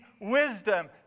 wisdom